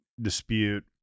dispute